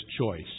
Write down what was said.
choice